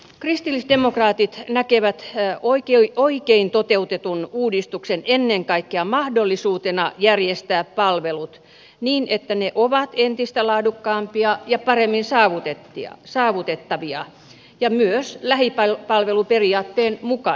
kristillisdemokraatit näkevät oikein toteutetun uudistuksen ennen kaikkea mahdollisuutena järjestää palvelut niin että ne ovat entistä laadukkaampia ja paremmin saavutettavia ja myös lähipalveluperiaatteen mukaisia